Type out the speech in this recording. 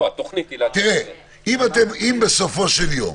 לא, התוכנית היא --- תראה, אם בסופו של יום,